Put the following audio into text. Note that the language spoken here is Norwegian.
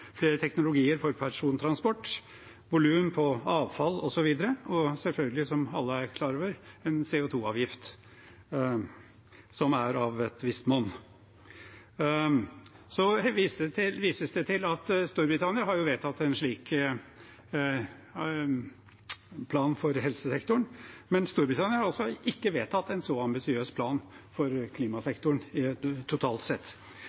flere teknologier for persontransport, volum på avfall, osv. og, selvfølgelig, som alle er klar over, en CO 2 -avgift, som er av et visst monn. Det vises til at Storbritannia har vedtatt en slik plan for helsesektoren, men Storbritannia har ikke vedtatt en så ambisiøs plan for klimasektoren totalt sett.